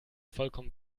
vollkommen